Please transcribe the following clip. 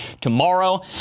tomorrow